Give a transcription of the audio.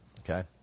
Okay